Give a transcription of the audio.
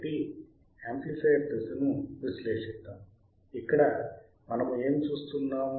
కాబట్టి యాంప్లిఫయర్ దశను విశ్లేషిద్దాం ఇక్కడ మనము ఏమి చూస్తాము